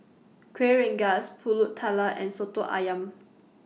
Kueh Rengas Pulut Tatal and Soto Ayam